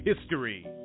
history